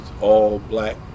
all-black